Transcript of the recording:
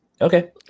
okay